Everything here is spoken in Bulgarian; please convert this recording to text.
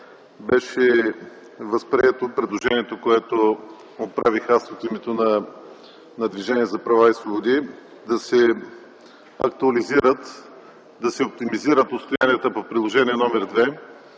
беше възприето предложението, което направих аз от името на Движението за права и свободи – да се актуализират, да се оптимизират отстоянията по Приложение № 2